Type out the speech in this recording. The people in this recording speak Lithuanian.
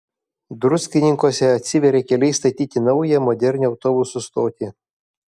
druskininkuose atsiveria keliai statyti naują modernią autobusų stotį